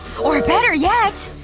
or better yet,